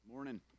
Morning